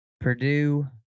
Purdue